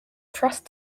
trust